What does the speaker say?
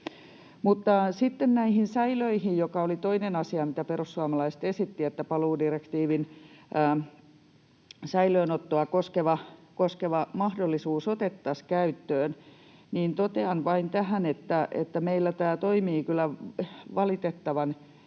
sitten näihin säilöihin. Se oli toinen asia, mitä perussuomalaiset esittivät: se, että paluudirektiivin säilöönottoa koskeva mahdollisuus otettaisiin käyttöön. Totean tähän vain, että meillä tämä toimii kyllä valitettavan